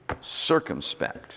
Circumspect